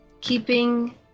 keeping